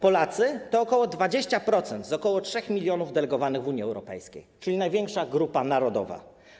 Polacy to ok. 20% z ok. 3 mln delegowanych w Unii Europejskiej, czyli największa grupa narodowa.